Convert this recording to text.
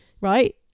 right